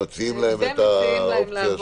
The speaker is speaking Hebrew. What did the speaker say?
מציעים להם לעבור.